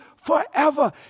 forever